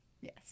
Yes